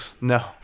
No